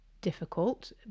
difficult